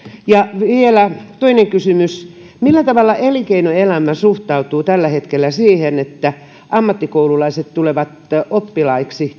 ja vielä toinen kysymys millä tavalla elinkeinoelämä suhtautuu tällä hetkellä siihen että ammattikoululaiset tulevat oppilaiksi